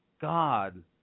God